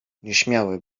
nieśmiały